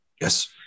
Yes